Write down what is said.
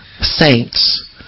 saints